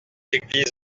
églises